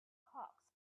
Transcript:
hawks